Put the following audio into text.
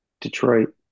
Detroit